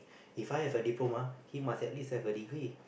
If I have a diploma he must at least have a degree